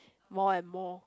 more and more